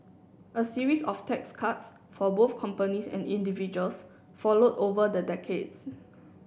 a series of tax cuts for both companies and individuals followed over the decades